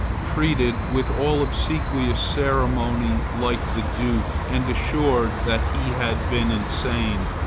treated with all obsequious ceremony like the duke, and assured that he had been insane,